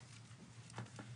med,